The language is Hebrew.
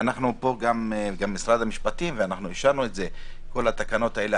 אישרנו יחד עם משרד המפשטים את כל התקנות האלה